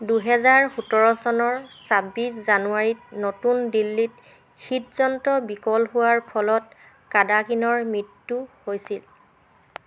দুহেজাৰ সোতৰ চনৰ চাব্বিশ জানুৱাৰীত নতুন দিল্লীত হৃদযন্ত্ৰ বিকল হোৱাৰ ফলত কাডাকিনৰ মৃত্যু হৈছিল